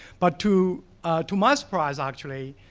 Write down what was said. but to to my surprise, actually,